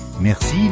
merci